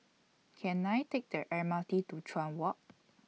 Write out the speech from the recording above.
Can I Take The M R T to Chuan Walk